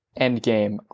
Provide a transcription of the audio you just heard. Endgame